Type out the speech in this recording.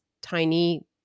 tiny